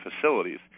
facilities